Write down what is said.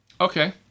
Okay